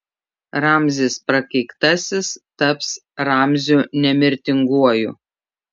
ramzis prakeiktasis taps ramziu nemirtinguoju